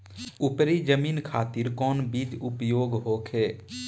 उपरी जमीन खातिर कौन बीज उपयोग होखे?